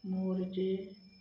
मोरचे